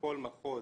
בכל מחוז